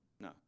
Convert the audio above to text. No